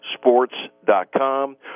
Sports.com